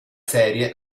serie